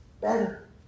better